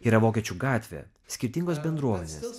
yra vokiečių gatvė skirtingos bendruomenės